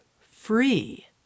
free